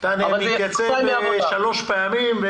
להקות וכיוצא בזה.